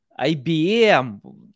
IBM